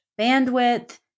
bandwidth